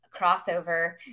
crossover